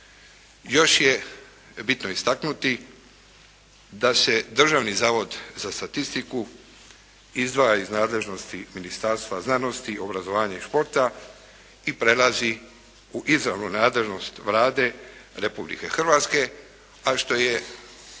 Još je bitno istaknuti da se Državni zavod za statistiku izdvaja iz nadležnosti Ministarstva znanosti, obrazovanja i športa i prelazi u izravnu nadležnost Vlade Republike Hrvatske, a što je